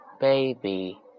baby